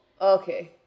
Okay